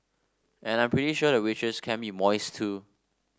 and I'm pretty sure the waitress can be moist too